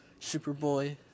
Superboy